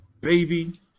baby